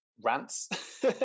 rants